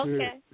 Okay